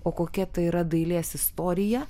o kokia ta yra dailės istorija